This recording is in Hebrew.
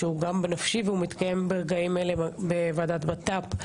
שהוא גם בנפשי והוא מתקיים ברגעים אלה בוועדת בט"פ.